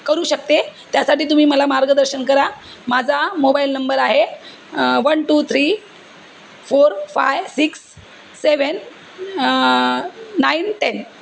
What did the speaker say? करू शकते त्यासाठी तुम्ही मला मार्गदर्शन करा माझा मोबाईल नंबर आहे one two three four five six seven nine ten